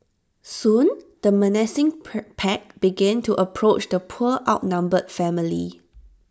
soon the menacing per pack began to approach the poor outnumbered family